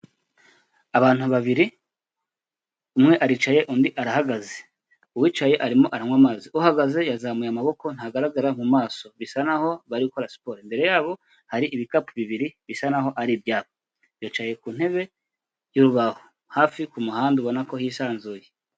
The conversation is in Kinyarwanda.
Abantu babiri, umwe aricaye undi arahagaze, uwicaye arimo aranywa amazi, uhagaze yazamuye amaboko ntagaragara mu maso, bisa naho bari gukora siporo, imbere yabo hari ibikapu bibiri bisa n'aho ari ibyabo, bicaye ku ntebe y'urubaho, hafi ku muhanda ubona ko hisanzuye